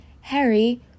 Harry